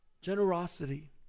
Generosity